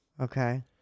Okay